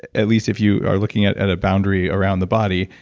at least if you are looking at at a boundary around the body,